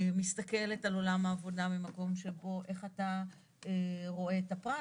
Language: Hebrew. מסתכלת על עולם העבודה ממקום שבו איך אתה רואה את הפרט,